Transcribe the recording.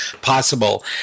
possible